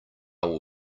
will